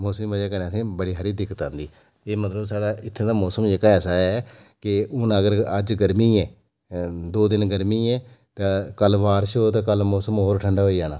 उस दी बजह कन्नै असें गी बड़ी सारी दिक्कतां औंदियां एह् मतलब साढ़ा इत्थूं दा मौसम जेह्का ऐसा ऐ कि हुन अगर अज्ज गर्मी ऐ दौं दिन गर्मी ऐ ते कल बारिश होग ते मौसम होर ठंड़ा होई जाना